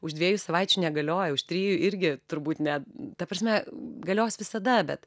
už dviejų savaičių negalioja už trijų irgi turbūt ne ta prasme galios visada bet